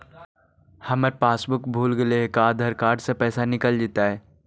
हमर पासबुक भुला गेले हे का आधार कार्ड से पैसा निकल जितै?